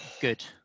good